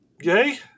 yay